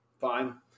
fine